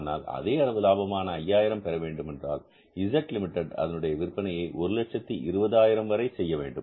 ஆனால் அதே அளவு லாபமான 5000 பெறவேண்டுமென்றால் Z லிமிடெட் அதனுடைய விற்பனையை 120000 வரை செய்ய வேண்டும்